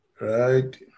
right